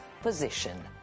position